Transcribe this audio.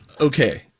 Okay